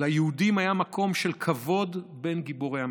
ליהודים היה מקום של כבוד בין גיבורי המלחמה.